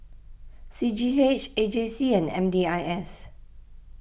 C G H A J C and M D I S